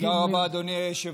יגיד, תודה רבה, אדוני היושב-ראש.